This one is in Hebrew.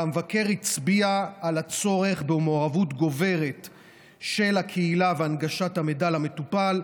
והמבקר הצביע על הצורך במעורבות גוברת של הקהילה בהנגשת המידע למטופל,